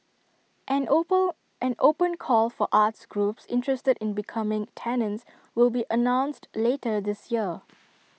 an open an open call for arts groups interested in becoming tenants will be announced later this year